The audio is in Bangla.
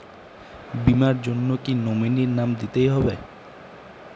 বীমার জন্য কি নমিনীর নাম দিতেই হবে?